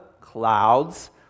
clouds